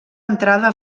entrada